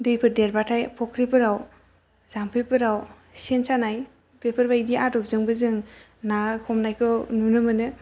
दैफोर देरबाथाय फुख्रिफोराव जाम्फैफोराव सेन सान्नाय बेफोरबायदि आदबजोंबो जों ना हमनायखौ नुनो मोनो